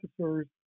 officers